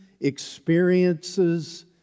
Experiences